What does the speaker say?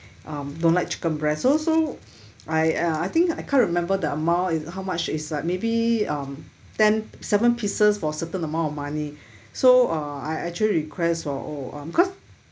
um don't like chicken breast so so I uh I think I can't remember the amount is how much is the maybe um ten seven pieces for certain amount of money so uh I actually request for oh um cause